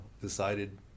decided